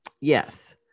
Yes